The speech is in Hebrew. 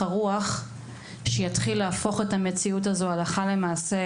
הרוח שיתחיל להפוך את המציאות הזאת לקיימת הלכה למעשה,